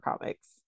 Comics